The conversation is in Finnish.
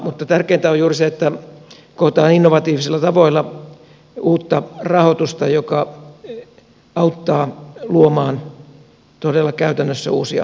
mutta tärkeintä on juuri se että kootaan innovatiivisilla tavoilla uutta rahoitusta joka auttaa luomaan todella käytännössä uusia työtilaisuuksia